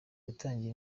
yatangiye